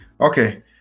Okay